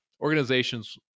organizations